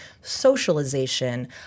socialization